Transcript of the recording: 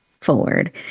forward